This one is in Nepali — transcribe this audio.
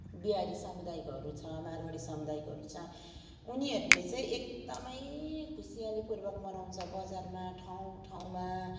बिहारी समुदायकाहरू छ मारवाडी समुदायकोहरू छ उनीहरूले चाहिँ एकदमै खुसियालीपूर्वक मनाउँछ बजारमा ठाउँमा